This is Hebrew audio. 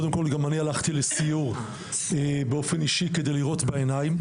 גם אני הלכתי לסיור באופן אישי כדי לראות בעיניים,